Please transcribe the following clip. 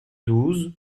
douze